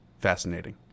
fascinating